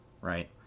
Right